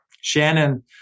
Shannon